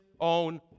own